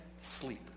sleep